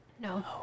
No